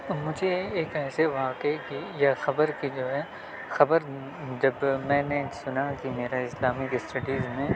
مجھے ایک ایسے واقعہ کی یا خبر کی جو ہے خبر جب میں نے سنا کہ میرا اسلامک اسٹڈیز میں